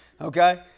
Okay